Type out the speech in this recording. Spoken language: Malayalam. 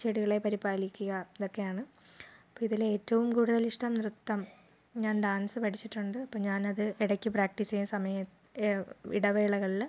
ചെടികളെ പരിപാലിക്കുക ഇതൊക്കെയാണ് അപ്പോൾ അതിൽ ഏറ്റവും കൂടുതൽ ഇഷ്ടം നൃത്തം ഞാൻ ഡാൻസ് പഠിച്ചിട്ടുണ്ട് അപ്പോൾ ഞാൻ അത് ഇടക്ക് പ്രാക്ടീസ് ചെയ്യാൻ സമയം ഇടവേളകളിൽ